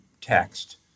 text